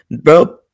Bro